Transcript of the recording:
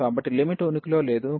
కాబట్టి లిమిట్ ఉనికిలో లేదు